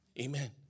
Amen